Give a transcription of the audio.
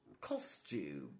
Costume